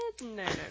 no